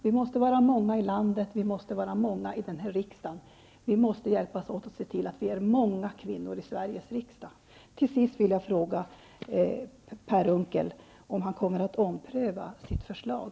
Vi måste vara många i landet och vi måste vara många i den här riksdagen. Vi måste hjälpas åt att se till att vi är många kvinnor i Sveriges riksdag. Till sist vill jag fråga Per Unckel om han kommer att ompröva sitt förslag.